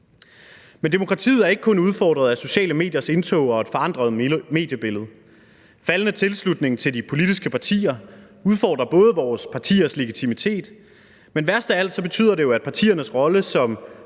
Men demokratiet er ikke kun udfordret af sociale mediers indtog og et forandret mediebillede. Faldende tilslutning til de politiske partier udfordrer både vores partiers legitimitet, men værst af alt betyder det jo, at partiernes rolle som